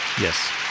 Yes